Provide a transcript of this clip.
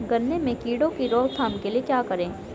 गन्ने में कीड़ों की रोक थाम के लिये क्या करें?